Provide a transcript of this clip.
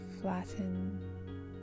flatten